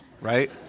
right